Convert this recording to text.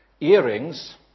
earrings